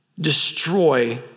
destroy